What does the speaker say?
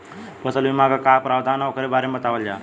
फसल बीमा क का प्रावधान हैं वोकरे बारे में बतावल जा?